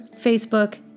Facebook